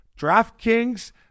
DraftKings